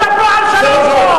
אל תדברו על שלום פה.